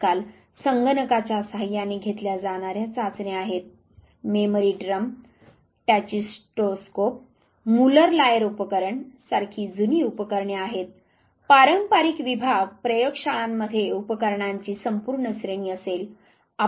आजकाल संगणकाच्या सहायाने घेतल्या जाणार्या चाचण्या आहेत memory drum tachistoscope Muller Lyer उपकरण सारखी जुनी उपकरणे आहेत पारंपारिक विभाग प्रयोग शाळांमध्ये उपकरणाची संपूर्ण श्रेणी असेल